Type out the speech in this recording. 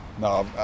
No